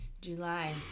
July